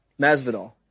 Masvidal